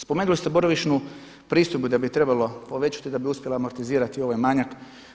Spomenuli ste boravišni pristojbu da bi je trebalo povećati da bi uspjela amortizirati ovaj manjak.